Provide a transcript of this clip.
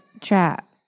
trap